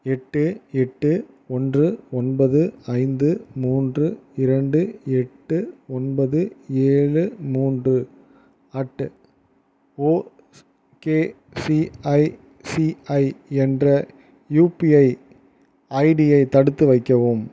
எட்டு எட்டு ஒன்று ஒன்பது ஐந்து மூன்று இரண்டு எட்டு ஒன்பது ஏழு மூன்று அட்டு ஓகேசிஐசிஐ என்ற யுபிஐ ஐடியை தடுத்து வைக்கவும்